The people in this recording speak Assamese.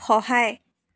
সহায়